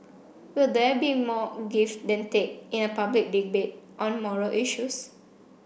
will there be more give than take in a public debate on moral issues